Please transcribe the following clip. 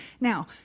Now